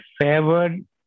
favored